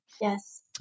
yes